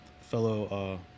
fellow